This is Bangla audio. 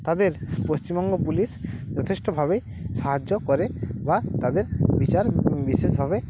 তাদের পশ্চিমবঙ্গ পুলিশ যথেষ্টভাবে সাহায্য করে বা তাদের বিচার বিশেষভাবে